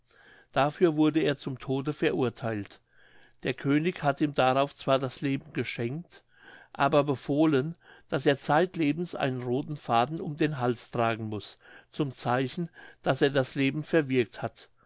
dafür wurde er zum tode verurtheilt der könig hat ihm darauf zwar das leben geschenkt aber befohlen daß er zeitlebens einen rothen faden um den hals tragen muß zum zeichen daß er das leben verwirkt hat